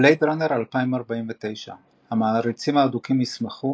בלייד ראנר 2049 המעריצים האדוקים ישמחו,